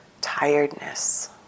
tiredness